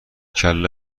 کله